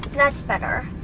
that's better.